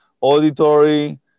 auditory